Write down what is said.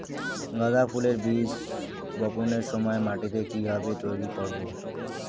গাদা ফুলের বীজ বপনের সময় মাটিকে কিভাবে তৈরি করব?